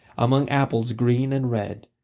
among apples green and red,